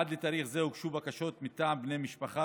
עד לתאריך זה הוגשו בקשות מטעם בני משפחה